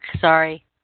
Sorry